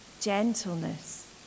gentleness